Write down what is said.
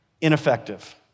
ineffective